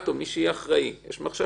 את או מישהי אחרת אחראים.